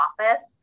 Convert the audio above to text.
office